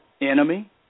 enemy